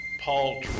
Paul